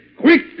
Quick